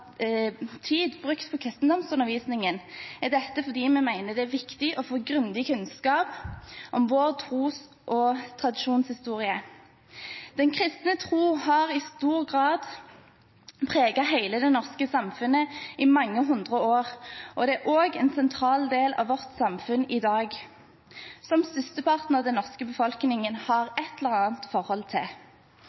tid brukt på kristendomsundervisningen, er det fordi vi mener det er viktig å få grundig kunnskap om vår tros- og tradisjonshistorie. Den kristne tro har i stor grad preget hele det norske samfunnet i mange hundre år. Det er også en sentral del av vårt samfunn i dag, og som størsteparten av den norske befolkningen har et eller annet forhold til.